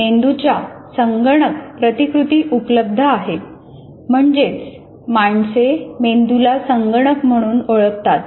मेंदूच्या संगणक प्रतिकृती उपलब्ध आहेत म्हणजेच माणसे मेंदूला संगणक म्हणून ओळखतात